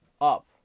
up